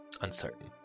uncertain